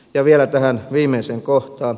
ja vielä tähän viimeiseen kohtaan